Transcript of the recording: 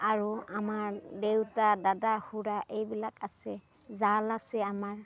আৰু আমাৰ দেউতা দাদা খুৰা এইবিলাক আছে জাল আছে আমাৰ